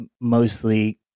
mostly